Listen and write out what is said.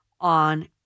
on